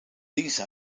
these